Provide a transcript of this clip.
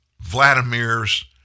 Vladimir's